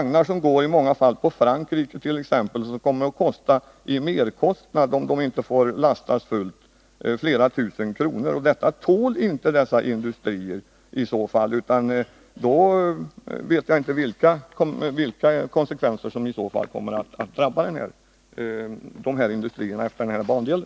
Det gäller vagnar som i många fall går till Frankrike, och merkostnaden om man inte får lasta fullt blir flera tusen kronor. Detta tål inte dessa industrier, och jag vet inte vilka konsekvenserna i så fall kommer att bli för industrierna utefter den här bandelen.